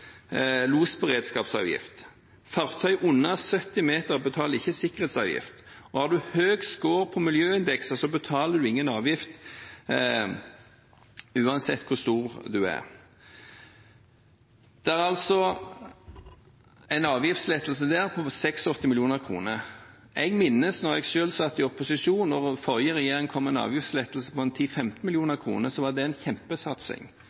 Fartøy på under 70 meter betaler ikke sikkerhetsavgift. Og hvis en har høy score på miljøindekser, betaler en ingen avgift uansett hvor stor en er. Det er altså en avgiftslettelse på 86 mill. kr. Jeg husker at da jeg selv satt i opposisjon og forrige regjering kom med en avgiftslettelse på 10–15 mill. kr, var det en kjempesatsing.